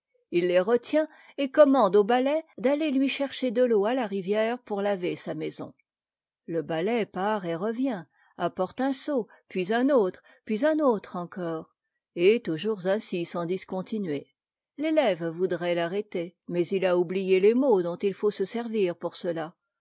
il les retient et commande au balai d'aller lui chercher de l'eau à la rivière pour laver sa maison le balai part et revient apporte un seau puis un autre puis un autre encore et toujours ainsi sans discontinuer l'élève voudrait l'arrêter mais i a oubtié les mots dont il faut se servir pour cela